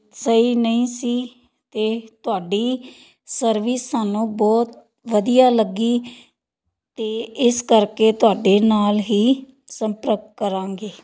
ਸਹੀ ਨਹੀਂ ਸੀ ਤੇ ਤੁਹਾਡੀ ਸਰਵਿਸ ਸਾਨੂੰ ਬਹੁਤ ਵਧੀਆ ਲੱਗੀ ਤੇ ਇਸ ਕਰਕੇ ਤੁਹਾਡੇ ਨਾਲ ਹੀ ਸੰਪਰਕ ਕਰਾਂਗੀ